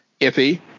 iffy